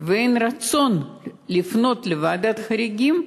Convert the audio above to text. ואין רצון לפנות לוועדת חריגים,